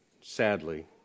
sadly